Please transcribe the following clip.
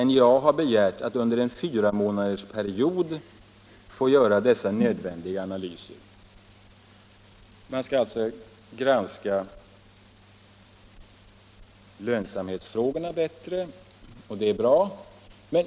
== NJA har begärt att under en fyramånadersperiod få göra dessa nödvändiga analyser.” Lönsamhetsfrågorna skall alltså granskas bättre, och det är bra.